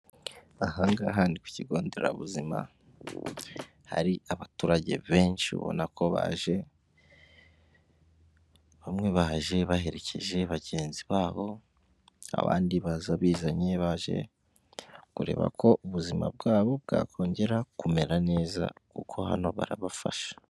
Aha ngaha ni ku kigo nderabuzima, hari abaturage benshi ubona ko baje bamwe baje baherekeje bagenzi babo, abandi baza bizanye baje kureba ko ubuzima bwabo bwakongera kumera neza kuko hano barabafasha.